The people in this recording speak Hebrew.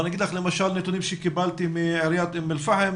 אני אומר לך נתונים שקיבלתי למשל מעיריית אום אל פאחם.